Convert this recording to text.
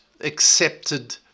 accepted